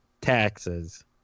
taxes